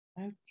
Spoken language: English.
Okay